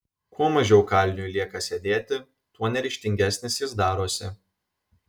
kuo mažiau kaliniui lieka sėdėti tuo neryžtingesnis jis darosi